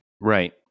Right